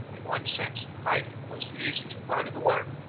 in one sense the fighting was the easiest part of the work.